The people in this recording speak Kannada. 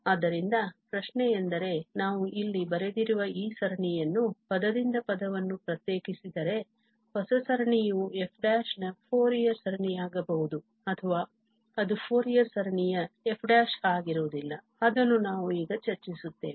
ಆದ್ದರಿಂದ ಪ್ರಶ್ನೆಯೆಂದರೆ ನಾವು ಇಲ್ಲಿ ಬರೆದಿರುವ ಈ ಸರಣಿಯನ್ನು ಪದದಿಂದ ಪದವನ್ನು ಪ್ರತ್ಯೇಕಿಸಿದರೆ ಹೊಸ ಸರಣಿಯು f ನ ಫೋರಿಯರ್ ಸರಣಿಯಾಗಿರಬಹುದು ಅಥವಾ ಅದು ಫೋರಿಯರ್ ಸರಣಿಯ f ಆಗಿರುವುದಿಲ್ಲ ಅದನ್ನು ನಾವು ಈಗ ಚರ್ಚಿಸುತ್ತೇವೆ